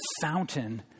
fountain